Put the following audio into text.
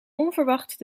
onverwacht